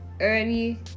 early